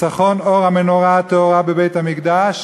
ניצחון אור המנורה הטהורה בבית-המקדש